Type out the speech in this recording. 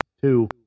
two